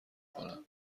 کنم